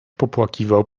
popłakiwał